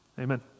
amen